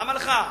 למה לך?